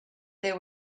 there